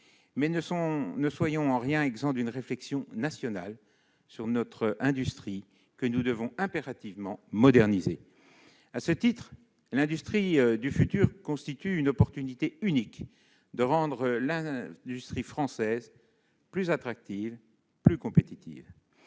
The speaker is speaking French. nous exemptons pas pour autant d'une réflexion nationale sur notre industrie, que nous devons impérativement moderniser ! À ce titre, l'industrie du futur constitue une occasion unique de rendre l'industrie française plus attractive et compétitive.